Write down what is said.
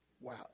Wow